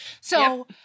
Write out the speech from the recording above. So-